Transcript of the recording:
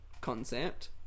concept